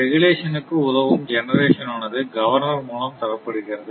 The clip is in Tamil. ரெகுலேஷன்க்கு உதவும் ஜெனரேஷன் ஆனது கவர்னர் மூலம் தரப்படுகிறது